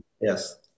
Yes